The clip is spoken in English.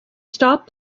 stop